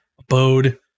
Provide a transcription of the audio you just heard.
abode